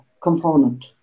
component